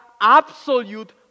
absolute